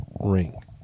ring